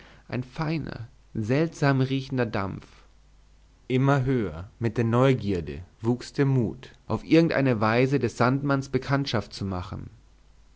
ein feiner seltsam riechender dampf immer höher mit der neugierde wuchs der mut auf irgend eine weise des sandmanns bekanntschaft zu machen